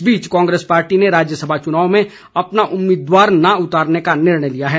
इस बीच कांग्रेस पार्टी ने राज्यसभा चुनाव में अपना उम्मीदवार न उतारने का निर्णय लिया है